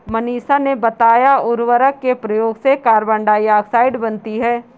मनीषा ने बताया उर्वरक के प्रयोग से कार्बन डाइऑक्साइड बनती है